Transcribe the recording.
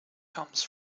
comes